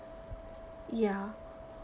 ya